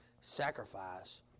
sacrifice